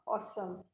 Awesome